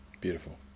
Beautiful